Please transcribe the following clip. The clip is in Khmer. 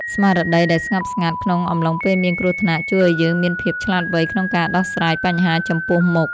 ស្មារតីដែលស្ងប់ស្ងាត់ក្នុងអំឡុងពេលមានគ្រោះថ្នាក់ជួយឱ្យយើងមានភាពឆ្លាតវៃក្នុងការដោះស្រាយបញ្ហាចំពោះមុខ។